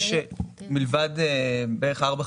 מלבד בערך ארבעה,